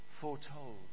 foretold